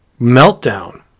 Meltdown